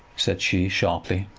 said she, sharply.